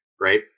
right